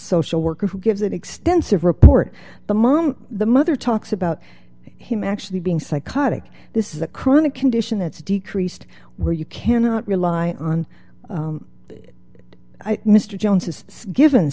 social worker who gives an extensive report the mom the mother talks about him actually being psychotic this is a chronic condition that's decreased where you cannot rely on mr jones is given